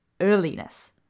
earliness